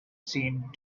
seemed